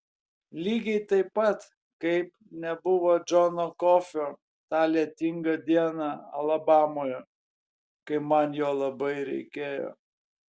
lygiai taip pat kaip nebuvo džono kofio tą lietingą dieną alabamoje kai man jo labai reikėjo